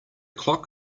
clock